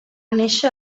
néixer